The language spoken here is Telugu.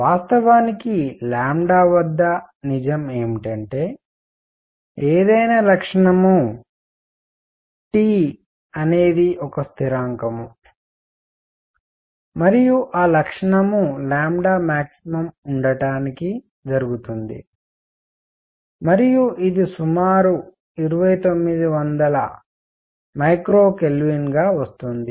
వాస్తవానికి వద్ద నిజం ఏమిటంటే ఏదైనా లక్షణము T అనేది ఒక స్థిరాంకం మరియు ఆ లక్షణం max ఉండటానికి జరుగుతుంది మరియు ఇది సుమారు 2900mK గా వస్తుంది